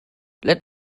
let